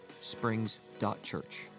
springs.church